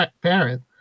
parent